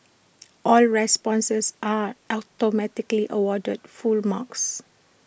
all responses are automatically awarded full marks